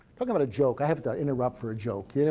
talking about a joke, i have to interrupt for a joke. you know